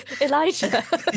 Elijah